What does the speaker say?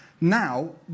now